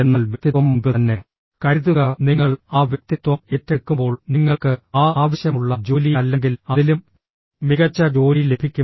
എന്നാൽ വ്യക്തിത്വം മുൻപ് തന്നെ കരുതുക നിങ്ങൾ ആ വ്യക്തിത്വം ഏറ്റെടുക്കുമ്പോൾ നിങ്ങൾക്ക് ആ ആവശ്യമുള്ള ജോലി അല്ലെങ്കിൽ അതിലും മികച്ച ജോലി ലഭിക്കും